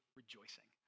rejoicing